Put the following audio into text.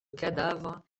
cadavres